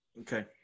okay